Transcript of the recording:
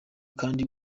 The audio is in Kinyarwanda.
kandi